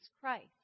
Christ